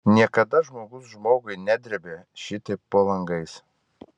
niekada žmogus žmogui nedrėbė šitaip po langais